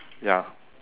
ya